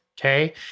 okay